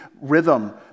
rhythm